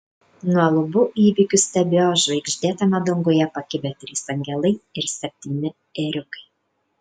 nuo lubų įvykius stebėjo žvaigždėtame danguje pakibę trys angelai ir septyni ėriukai